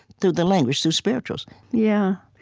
through the language, through spirituals yeah